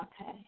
Okay